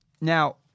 Now